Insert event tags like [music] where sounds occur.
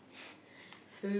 [breath]